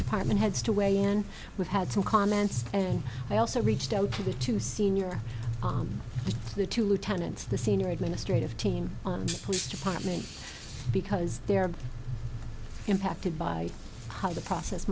department heads to weigh in we've had some comments and i also reached out to the two senior the two lieutenants the senior administrative team and police department because they are impacted by how the process